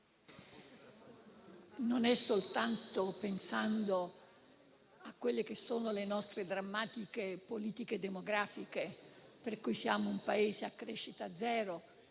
non è soltanto pensando alle nostre drammatiche politiche demografiche per cui siamo un Paese a crescita zero